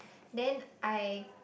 then I